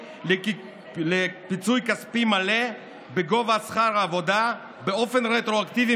לפיצוי כספי מלא בגובה שכר העבודה באופן רטרואקטיבי